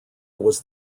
was